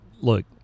look